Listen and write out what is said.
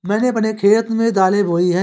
मैंने अपने खेत में दालें बोई हैं